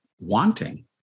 wanting